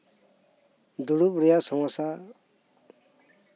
ᱫᱩᱲᱩᱵ ᱨᱮᱭᱟᱜ ᱥᱚᱢᱚᱥᱥᱟ